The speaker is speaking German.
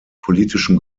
politischen